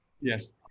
yes